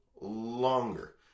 longer